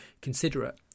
considerate